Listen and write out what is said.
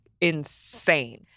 insane